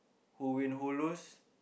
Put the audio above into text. who win who lose